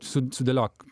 su sudėliok